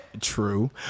True